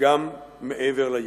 וגם מעבר לים.